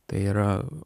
tai yra